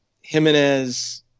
Jimenez